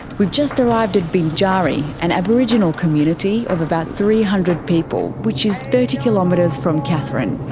we've just arrived at binjari, an aboriginal community of about three hundred people which is thirty kilometres from katherine.